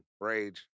Rage